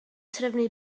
trefnu